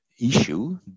issue